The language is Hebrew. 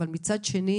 אבל מצד שני